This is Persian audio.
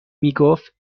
میگفت